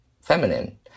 feminine